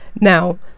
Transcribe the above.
now